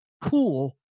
cool